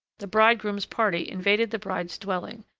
the bridegroom's party invaded the bride's dwelling,